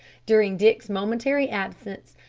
during dick's momentary absence,